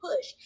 push